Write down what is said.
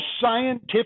scientific